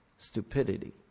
Stupidity